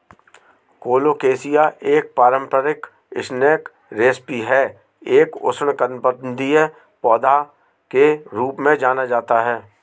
colocasia एक पारंपरिक snack recipe है एक उष्णकटिबंधीय पौधा के रूप में जाना जाता है